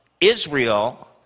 Israel